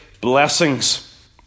blessings